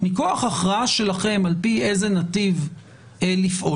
מכוח הכרעה שלכם על פי איזה נתיב לפעול,